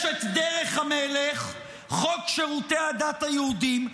יש את דרך המלך, חוק שירותי הדת היהודיים.